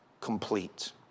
complete